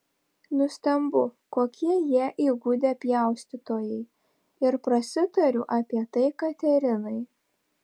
nustembu kokie jie įgudę pjaustytojai ir prasitariu apie tai katerinai